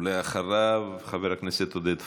בבקשה, ואחריו, חבר הכנסת עודד פורר.